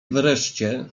wreszcie